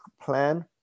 plan